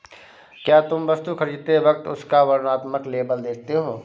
क्या तुम वस्तु खरीदते वक्त उसका वर्णात्मक लेबल देखते हो?